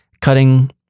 cutting